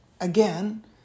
again